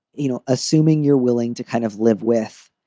you know, assuming you're willing to kind of live with,